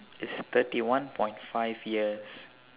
is thirty one point five years